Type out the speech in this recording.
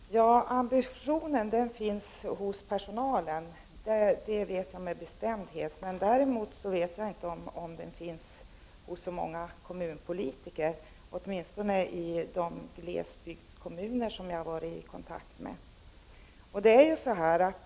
Herr talman! Ambitionen finns hos personalen. Det vet jag med bestämdhet. Däremot vet jag inte om den finns hos så många kommunpolitiker, åt minstone inte när det gäller de glesbygdskommuner som jag har varit i kontakt med.